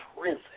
prison